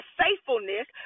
faithfulness